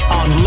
on